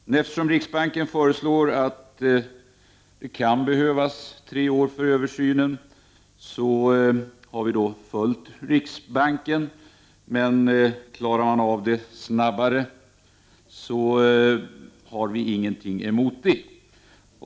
Men eftersom riksbanksfullmäktige föreslår att det kan behövas tre år har utskottsmajoriteten följt riksbanken, men om arbetet klaras av snabbare har utskottsmajoriteten ingenting emot det.